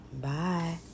Bye